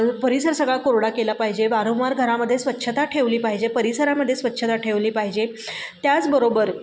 परिसर सगळा कोरडा केला पाहिजे वारंवार घरामध्ये स्वच्छता ठेवली पाहिजे परिसरामध्ये स्वच्छता ठेवली पाहिजे त्याचबरोबर